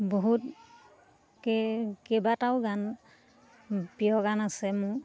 বহুত ক কেইবাটাও গান প্ৰিয় গান আছে মোৰ